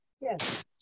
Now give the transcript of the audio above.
yes